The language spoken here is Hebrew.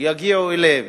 יגיעו אליהם.